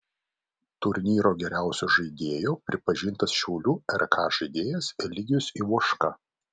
turnyro geriausio žaidėjo pripažintas šiaulių rk žaidėjas eligijus ivoška